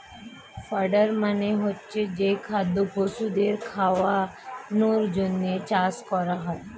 fodder মানে হচ্ছে যেই খাদ্য পশুদের খাওয়ানোর জন্যে চাষ করা হয়